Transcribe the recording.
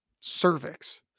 Cervix